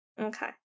Okay